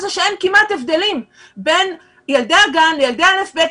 זה שאין כמעט הבדלים בין ילדי הגן לילדי א' ב',